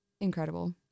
incredible